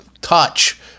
touch